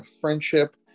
friendship